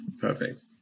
perfect